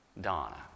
Donna